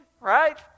Right